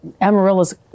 Amarillo's